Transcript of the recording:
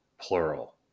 plural